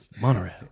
monorail